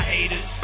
Haters